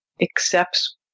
accepts